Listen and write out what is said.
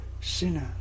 sinner